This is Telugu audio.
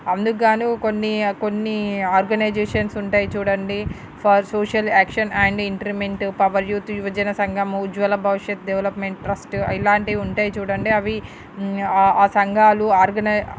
అందుకు కాను కొన్ని కొన్ని ఆర్గనైజేషన్స్ ఉంటాయి చూడండి ఫర్ సోషల్ యాక్షన్ అండ్ ఇంటర్మింటు పవర్ యూత్ యువజన సంఘం ఉజ్వల భవిష్యత్ డెవలప్మెంటు ట్రస్ట్ ఇలాంటివి ఉంటాయి చూడండి అవి ఆ సంఘాలు ఆర్గనై